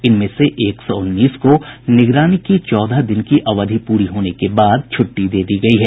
इनमें से एक सौ उन्नीस को निगरानी की चौदह दिन की अवधि पूरी होने के बाद छुट्टी दे दी गयी है